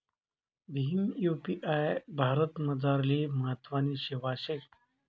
Bhim UPI भारतमझारली महत्वनी सेवा शे